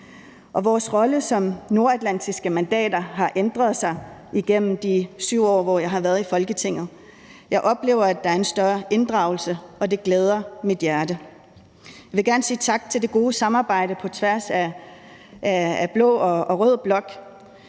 Vores rolle som nordatlantiske mandater har ændret sig igennem de 7 år, hvor jeg har været i Folketinget. Jeg oplever, at der er en større inddragelse, og det glæder mit hjerte. Jeg vil gerne sige tak for det gode samarbejde på tværs af blå og rød blok.